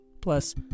Plus